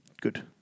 Good